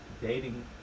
dating